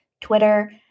Twitter